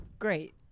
Great